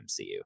mcu